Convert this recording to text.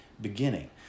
beginning